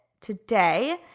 today